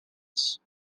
its